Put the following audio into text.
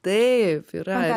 taip yra